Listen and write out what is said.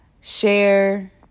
Share